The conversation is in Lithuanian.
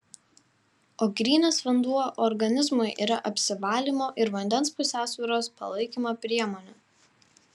o grynas vanduo organizmui yra apsivalymo ir vandens pusiausvyros palaikymo priemonė